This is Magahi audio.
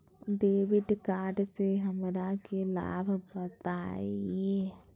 डेबिट कार्ड से हमरा के लाभ बताइए?